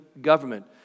government